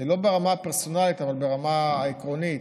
לא ברמה הפרסונלית אבל ברמה העקרונית,